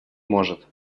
может